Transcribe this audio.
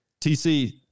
TC